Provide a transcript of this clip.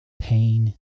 pain